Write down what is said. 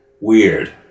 Weird